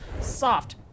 soft